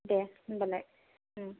दे होनबालाय ओम